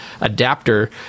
adapter